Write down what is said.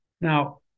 Now